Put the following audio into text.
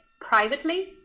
privately